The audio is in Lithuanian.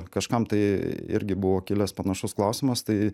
kažkam tai irgi buvo kilęs panašus klausimas tai